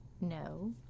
No